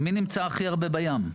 מי נמצא הכי הרבה בים?